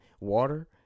water